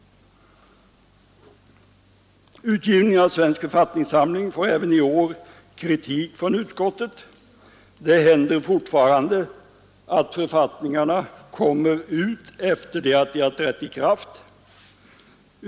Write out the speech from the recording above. Utgivningen av Svensk författningssamling får även i år kritik från utskottet. Det händer fortfarande att författningarna kommer ut efter det att de har trätt i kraft.